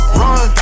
run